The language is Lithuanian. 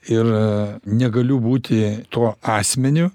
ir negaliu būti tuo asmeniu